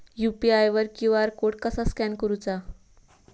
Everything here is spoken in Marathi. यू.पी.आय वर क्यू.आर कोड कसा स्कॅन करूचा?